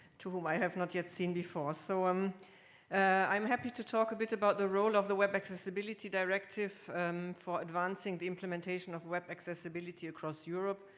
to whom i have not yet seen before. so um i'm happy to talk a bit about the role of the web accessibility directive for advancing the implementation of web accessibility across europe,